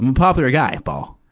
um popular guy, paul,